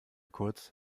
kurz